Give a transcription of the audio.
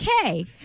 okay